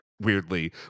weirdly